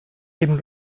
eben